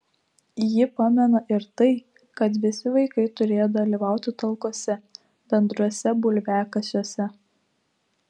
ji pamena ir tai kad visi vaikai turėjo dalyvauti talkose bendruose bulviakasiuose